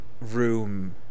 room